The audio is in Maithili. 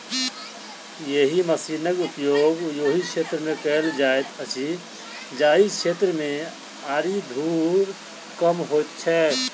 एहि मशीनक उपयोग ओहि क्षेत्र मे कयल जाइत अछि जाहि क्षेत्र मे आरि धूर कम होइत छै